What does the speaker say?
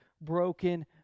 broken